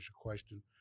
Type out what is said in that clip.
question